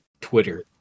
Twitter